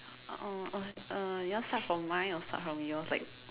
oh uh you want start from mine or start from yours like